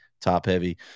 top-heavy